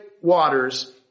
waters